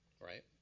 right